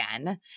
again